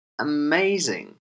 amazing